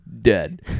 dead